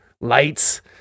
lights